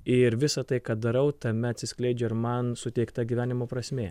ir visa tai ką darau tame atsiskleidžia ir man suteikta gyvenimo prasmė